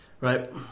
right